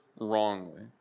wrongly